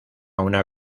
una